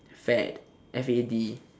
fad f a d